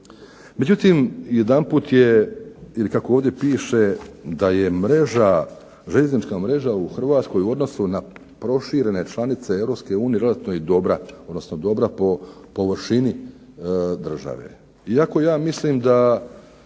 Međutim, jedanput je ili kako ovdje piše da je željeznička mreža u Republici Hrvatskoj s obzirom na proširene članice Europske unije relativno dobra po površini države. Iako ja mislim,